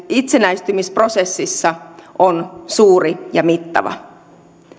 itsenäistymisprosessissa on suuri ja mittava kyseessä